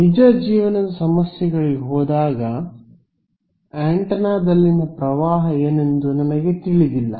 ನಿಜ ಜೀವನದ ಸಮಸ್ಯೆಗಳಿಗೆ ಹೋದಾಗ ಆಂಟೆನಾದಲ್ಲಿನ ಪ್ರವಾಹ ಏನೆಂದು ನನಗೆ ತಿಳಿದಿಲ್ಲ